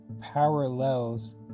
parallels